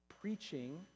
preaching